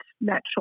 natural